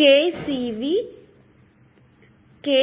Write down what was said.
kCdVdtఅవుతుంది